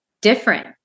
different